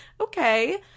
Okay